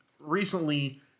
recently